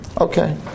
Okay